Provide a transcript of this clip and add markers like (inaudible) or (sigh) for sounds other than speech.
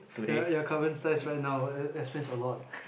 ya ya common sense right now but that explains a lot (noise)